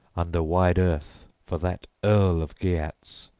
under wide earth for that earl of geats,